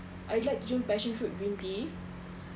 I like to drink passion fruit green tea